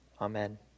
Amen